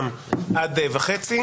עד 10:30,